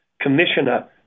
commissioner